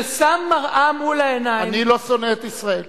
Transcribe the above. ששם מראה מול העיניים, אני לא שונא את ישראל.